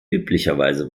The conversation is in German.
üblicherweise